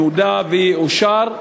אם יאושר,